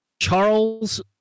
Charles